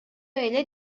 эле